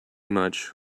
much